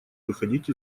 выходить